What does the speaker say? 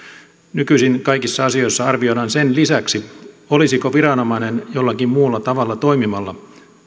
nykyisin kaikissa asioissa arvioidaan sen lisäksi olisiko viranomainen jollakin muulla tavalla toimimalla